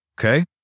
Okay